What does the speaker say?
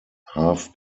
half